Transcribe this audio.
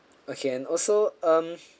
okay and also um